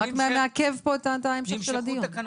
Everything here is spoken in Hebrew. זה רק מעכב את המשך הדיון.